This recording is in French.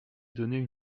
donnaient